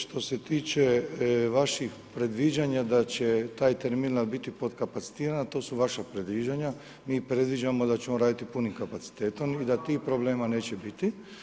Što se tiče vaših predviđanja da će taj terminal biti podkapacitiran, to su vaša predviđanja, mi predviđamo da će on raditi punim kapacitetom i da tih problema neće biti.